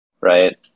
Right